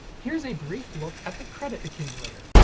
here's a brief look at the credit accumulator.